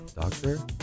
Doctor